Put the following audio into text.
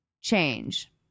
change